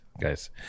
guys